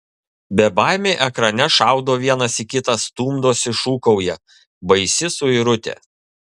bebaimiai ekrane šaudo vienas į kitą stumdosi šūkauja baisi suirutė